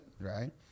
right